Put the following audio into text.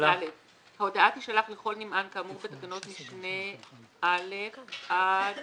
(ד) ההודעה תישלח לכל נמען כאמור בתקנת משנה (א) עד